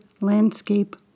landscape